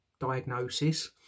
diagnosis